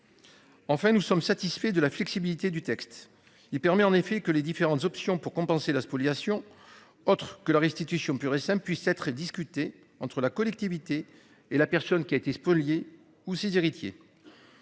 En fait nous sommes satisfaits de la flexibilité du texte. Il permet en effet que les différentes options pour compenser la spoliation. Autre que la restitution pure et simple puisse être discuté entre la collectivité et la personne qui a été spolié ou ses héritiers.